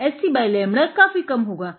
h c by lambda काफ़ी कम होगा